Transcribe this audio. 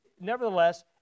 nevertheless